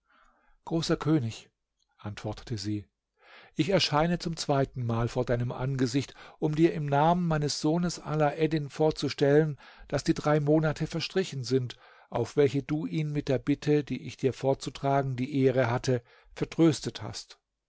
großer könig antwortete sie ich erscheine zum zweiten mal vor deinem angesicht um dir im namen meines sohnes alaeddin vorzustellen daß die drei monate verstrichen sind auf welche du ihn mit der bitte die ich dir vorzutragen die ehre hatte vertröstet hast